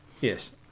Yes